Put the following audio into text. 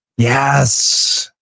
Yes